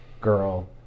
girl